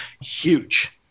huge